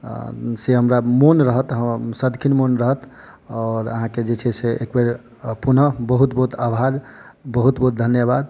से हमरा मोन रहत हम सदिखन मोन रहत आओर आहाँकेँ जे छै से एकबेर पुनः बहुत बहुत आभार बहुत बहुत धन्यवाद